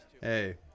Hey